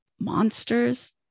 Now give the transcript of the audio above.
monsters